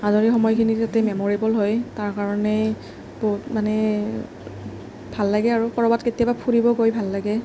আজৰি সময়খিনি যাতে মেম'ৰেবল হয় তাৰ কাৰণে মানে ভাল লাগে আৰু ক'ৰবাত কেতিয়াবা ফুৰিব গৈ ভাল লাগে